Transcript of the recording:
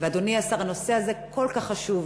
אדוני השר, הנושא הזה כל כך חשוב.